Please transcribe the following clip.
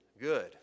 good